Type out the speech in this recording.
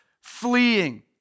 fleeing